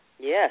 Yes